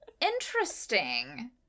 interesting